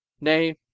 Nay